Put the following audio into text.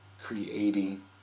creating